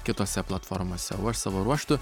kitose platformose o aš savo ruožtu